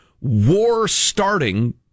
war-starting